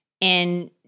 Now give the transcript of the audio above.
and-